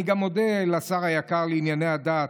אני גם מודה לשר היקר לענייני הדת,